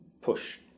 push